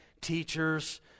teachers